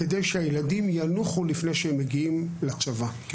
כדי שהילדים ינוחו לפני שהם מגיעים לצבא,